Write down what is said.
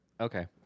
Okay